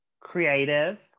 creative